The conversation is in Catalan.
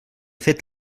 fet